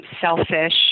selfish